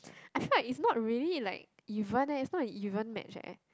I feel like it's really like even eh is not an even match eh